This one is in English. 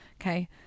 okay